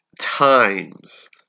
times